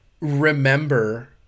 remember